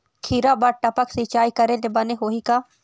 खिरा बर टपक सिचाई करे ले बने होही का?